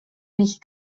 nicht